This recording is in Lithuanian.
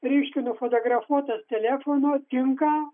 reiškia nufotografuotas telefonu tinka